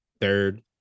third